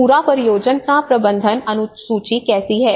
पूरा परियोजना प्रबंधन अनुसूची कैसी है